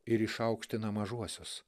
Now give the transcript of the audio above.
ir išaukština mažuosius